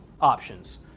options